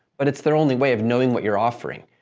but it's their only way of knowing what you're offering.